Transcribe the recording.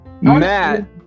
Matt